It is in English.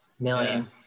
Million